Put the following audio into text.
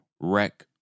wreck